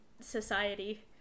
society